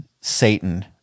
Satan